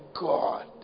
God